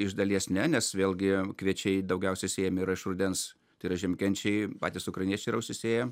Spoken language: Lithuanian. iš dalies ne nes vėlgi kviečiai daugiausia sėjami yra iš rudens tai yra žiemkenčiai patys ukrainiečiai yra užsisėję